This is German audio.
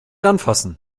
anfassen